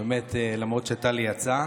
למרות שטלי יצאה,